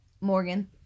Morgan